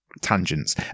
Tangents